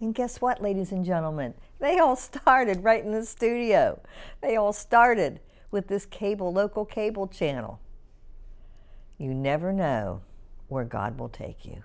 and guess what ladies and gentleman they all started right in the studio they all started with this cable local cable channel you never know where god will take you